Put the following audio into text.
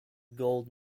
gold